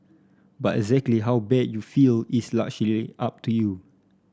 but exactly how bad you will feel is largely up to you